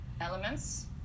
elements